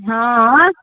हँ